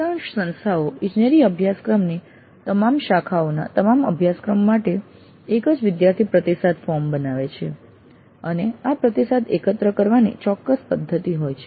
અધિકાંશ સંસ્થાઓ ઇજનેરી અભ્યાસક્રમની તમામ શાખાઓના તમામ અભ્યાસક્રમો માટે એક જ વિદ્યાર્થી પ્રતિસાદ ફોર્મ બનાવે છે અને આ પ્રતિસાદ એકત્ર કરવાની ચોક્કસ પદ્ધતિ હોય છે